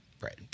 Right